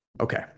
okay